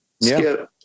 Skip